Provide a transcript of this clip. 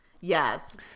Yes